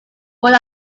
one